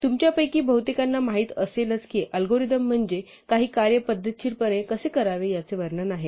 तुमच्यापैकी बहुतेकांना माहित असेलच की अल्गोरिदम म्हणजे काही कार्य पद्धतशीरपणे कसे करावे याचे वर्णन आहे